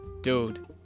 Dude